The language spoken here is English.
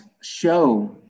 show